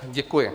Děkuji.